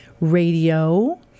Radio